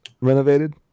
renovated